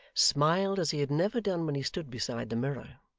smiled as he had never done when he stood beside the mirror.